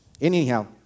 Anyhow